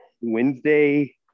Wednesday